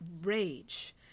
rage